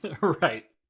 Right